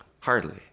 Hardly